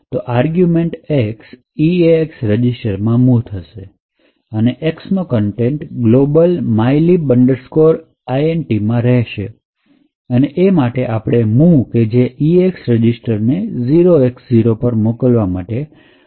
તો argument x eax રજીસ્ટરમાં move થશે અને Xનો કન્ટેન્ટ ગ્લોબલ mylib int મા રહેશે અને એ માટે આપણે મુવ કે જે eax રજીસ્ટર ને 0X0 પર મોકલશે એ વાપરીશું